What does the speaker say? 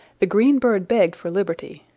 the green bird begged for liberty.